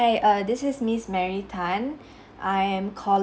err this is miss mary tan I am cal~